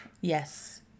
Yes